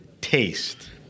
taste